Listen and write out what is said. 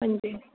हां जी